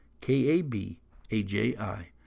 K-A-B-A-J-I